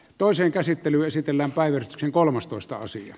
toisen käsittely esitellään päivystyksen kolmastoista osia